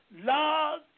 Love